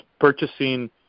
purchasing